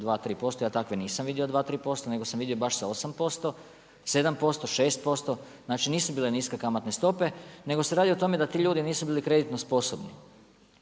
2,3%, ja takve nisam vidio 2, 3% nego sam vidio baš sa 8%, 7%, 6%, znači nisu bile niske kamatne stope nego se radi o tome da ti ljudi nisu bili kreditno sposobni.